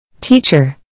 Teacher